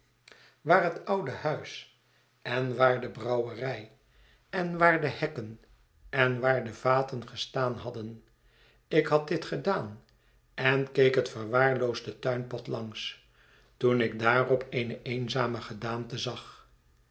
het oude huis en waar de brouwerij en waar de hekken en waar de vaten gestaan hadden ik had dit gedaan en keek het verwaarloosde tuinpad langs toen ik daarop eene eenzame gedaante zag